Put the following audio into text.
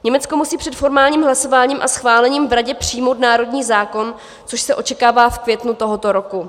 Německo musí před formálním hlasováním a schválením v Radě přijmout národní zákon, což se očekává v květnu tohoto roku.